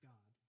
God